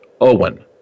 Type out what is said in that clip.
Owen